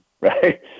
right